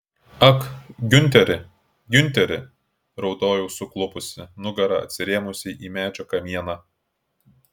ak giunteri giunteri raudojau suklupusi nugara atsirėmusi į medžio kamieną